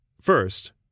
first